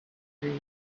trees